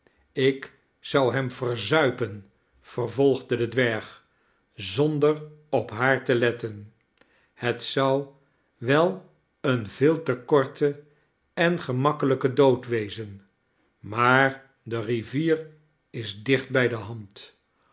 ik zou hem verzuipen vervolgde de dwerg zonder op haar te letten het zou wel een veel te korte en gemakkelijke dood wezen maar de rivier is dicht bij de hand